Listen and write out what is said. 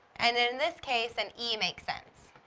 and in this case, an e makes sense.